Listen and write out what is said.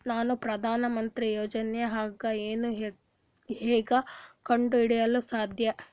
ನಾನು ಪ್ರಧಾನ ಮಂತ್ರಿ ಯೋಜನೆಗೆ ಅರ್ಹ ಎಂದು ಹೆಂಗ್ ಕಂಡ ಹಿಡಿಯಲು ಸಾಧ್ಯ?